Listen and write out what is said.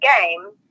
game